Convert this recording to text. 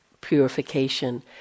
purification